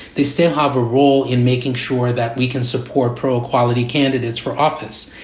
they still have a role in making sure that we can support pro-equality candidates for office.